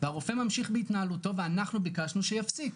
והרופא ממשיך בהתנהלותו ואנחנו ביקשנו שיפסיק,